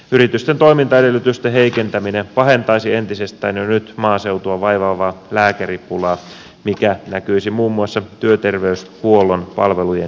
yritysten toimintaedellytysten heikentäminen pahentaisi entisestään jo nyt maaseutua vaivaavaa lääkäripulaa mikä näkyisi muun muassa työterveyshuollon palvelujen heikkenemisenä